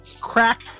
crack